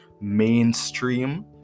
mainstream